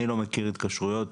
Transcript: אני לא מכיר התקשרויות.